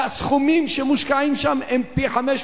והסכומים שמושקעים שם הם פי-חמישה,